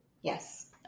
Yes